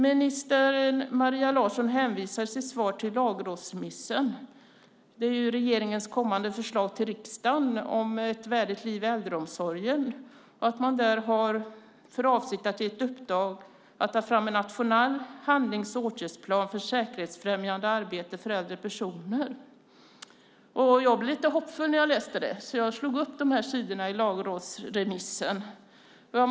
Ministern Maria Larsson hänvisar i sitt svar till lagrådsremissen. Det gäller regeringens kommande förslag till riksdagen om ett värdigt liv i äldreomsorgen. Man har där för avsikt att i ett uppdrag ta fram en nationell handlings och åtgärdsplan för säkerhetsfrämjande arbete för äldre personer. Jag blev lite hoppfull när jag läste det, så jag slog upp de här sidorna i lagrådsremissen.